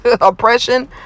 oppression